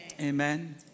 Amen